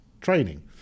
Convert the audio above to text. training